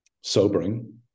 sobering